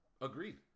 agreed